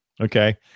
Okay